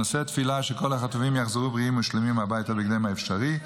אני נושא תפילה שכל החטופים יחזרו בריאים ושלמים הביתה בהקדם האפשרי.